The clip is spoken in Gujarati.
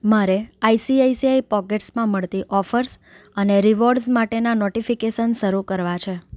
મારે આઈસીઆઈસીઆઈ પોકેટ્સમાં મળતી ઓફર્સ અને રીવોર્ડસ માટેના નોટીફીકેશન્સ શરૂ કરવા છે